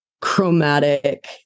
chromatic